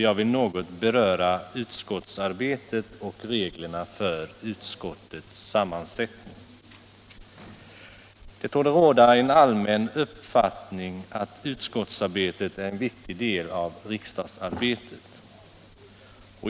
Jag vill något beröra utskottsarbetet och reglerna för utskottens sammansättning. Det torde råda en allmän uppfattning att utskottsarbetet är en viktig del av riksdagsarbetet.